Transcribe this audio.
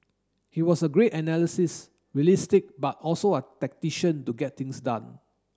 he was a great analyst realistic but also a tactician to get things done